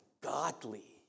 godly